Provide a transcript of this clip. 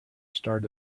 start